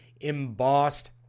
embossed